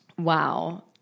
Wow